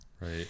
right